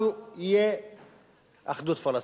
אחדות פלסטינית.